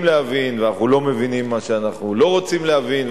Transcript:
להבין ואנחנו לא מבינים מה שאנחנו לא רוצים להבין,